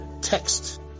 text